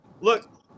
look